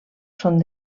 són